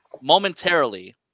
momentarily